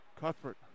Cuthbert